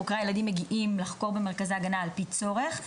חוקרי הילדים מגיעים לחקור במרכזי ההגנה על פי צורך.